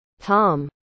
Tom